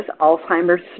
Alzheimer's